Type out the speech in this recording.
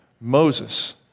Moses